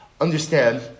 Understand